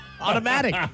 Automatic